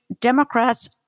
Democrats